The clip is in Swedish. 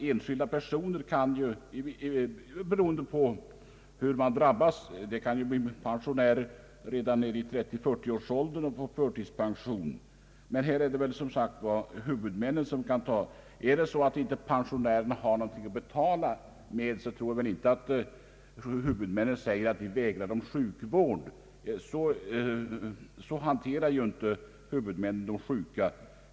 Vissa personer kan ju dock genom sjukdom råka bli förtidspensionärer redan vid 30—40 års ålder. Skulle pensionärerna vara helt medellösa så tror jag inte att huvudmännen vägrar dem sjukvård; så hanterar ju inte huvudmännen de sjuka.